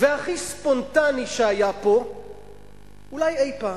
והכי ספונטני שהיה פה אולי אי-פעם.